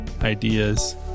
ideas